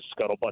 scuttlebutt